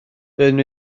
doeddwn